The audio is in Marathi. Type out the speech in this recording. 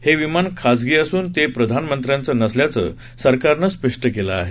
हे विमान खासगी असून ते प्रधानमंत्र्यांचं नसल्याचं सरकारनं स्पष्ट केलं आहे